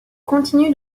continuent